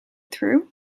through